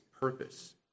purpose